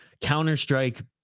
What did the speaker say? Counter-Strike